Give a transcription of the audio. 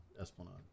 Esplanade